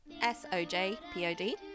S-O-J-P-O-D